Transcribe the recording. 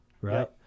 Right